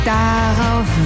darauf